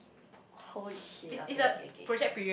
holy shit okay okay okay